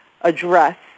address